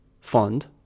fund